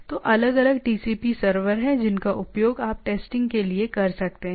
तो अलग अलग टीसीपी सर्वर हैं जिनका उपयोग आप टेस्टिंग के लिए कर सकते हैं